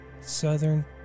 Southern